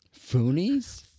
Foonies